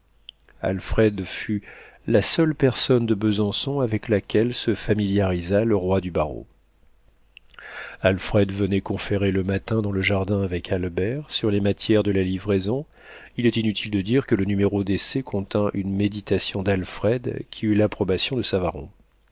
alfred fut la seule personne de besançon avec laquelle se familiarisa le roi du barreau alfred venait conférer le matin dans le jardin avec albert sur les matières de la livraison il est inutile de dire que le numéro d'essai contint une méditation d'alfred qui eut l'approbation de savaron